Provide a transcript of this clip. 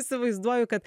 įsivaizduoju kad